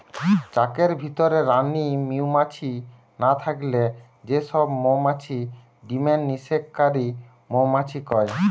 চাকের ভিতরে রানী মউমাছি না থাকলে যে সব মউমাছি ডিমের নিষেক কারি মউমাছি কয়